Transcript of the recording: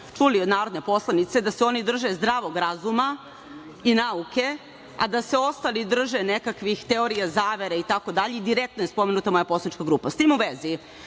čuli od narodne poslanice da se oni drže zdravog razuma i nauke, a da se ostali drže nekakvih teorija zavere itd i direktno je spomenuta moja poslanička grupa.S tim u vezi,